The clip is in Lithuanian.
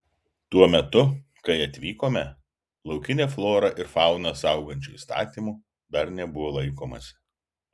tuo metu kai atvykome laukinę florą ir fauną saugančių įstatymų dar nebuvo laikomasi